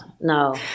No